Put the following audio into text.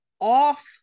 off